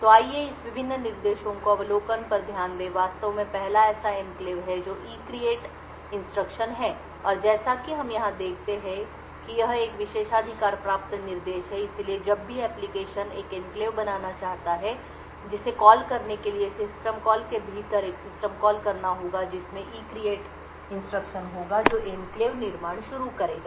तो आइए इस विभिन्न निर्देशों के अवलोकन पर ध्यान दें वास्तव में पहला ऐसा एन्क्लेव है जो ECREATE इंस्ट्रक्शन है और जैसा कि हम यहां देखते हैं कि यह एक विशेषाधिकार प्राप्त निर्देश है इसलिए जब भी कोई एप्लिकेशन एक एन्क्लेव बनाना चाहता है जिसे कॉल करने के लिए सिस्टम कॉल के भीतर एक सिस्टम कॉल करना होगा जिसमें एक ECREATE इंस्ट्रक्शन होगा जो एन्क्लेव निर्माण शुरू करेगा